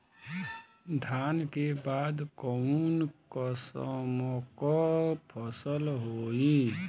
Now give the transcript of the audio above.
धान के बाद कऊन कसमक फसल होई?